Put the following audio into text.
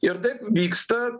ir taip vyksta